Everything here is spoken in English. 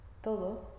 todo